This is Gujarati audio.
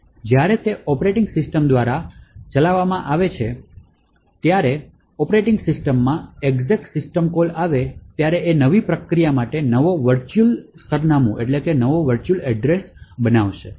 જ્યારે તે ઑપરેટિંગ સિસ્ટમ દ્વારા ચલાવવામાં આવે છે તેથી જ્યારે ઑપરેટિંગ સિસ્ટમમાં exec સિસ્ટમ કોલ આવે ત્યારે OS નવી પ્રક્રિયા માટે નવો વર્ચુઅલ સરનામું આધાર બનાવશે